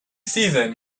season